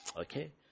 Okay